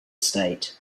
state